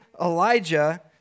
Elijah